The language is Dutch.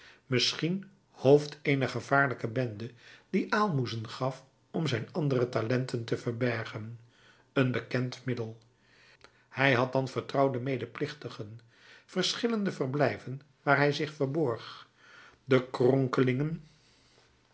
misschien hoofd eener gevaarlijke bende die aalmoezen gaf om zijn andere talenten te verbergen een bekend middel hij had dan vertrouwden medeplichtigen verschillende verblijven waar hij zich verborg de kronkelingen